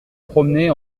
promenait